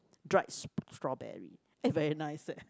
dried s~ strawberry eh very nice leh